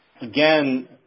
again